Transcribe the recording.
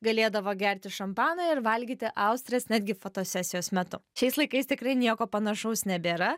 galėdavo gerti šampaną ir valgyti austres netgi fotosesijos metu šiais laikais tikrai nieko panašaus nebėra